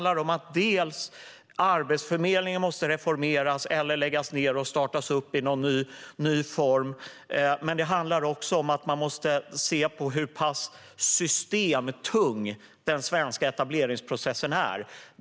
Arbetsförmedlingen måste reformeras eller läggas ned och startas upp i någon ny form, men man måste också se på hur pass systemtung den svenska etableringsprocessen är.